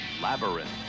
Labyrinth